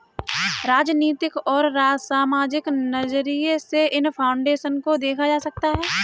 राजनीतिक और सामाजिक नज़रिये से इन फाउन्डेशन को देखा जा सकता है